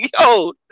Yo